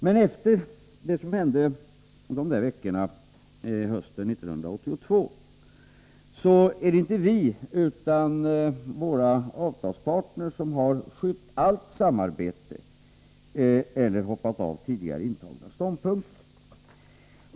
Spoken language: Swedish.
Men efter det som hände de där veckorna hösten 1982 är det inte vi utan våra avtalspartner som har skytt allt samarbete eller frångått tidigare intagna ståndpunkter.